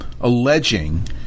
alleging